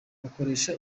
bakoresha